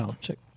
check